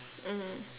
mm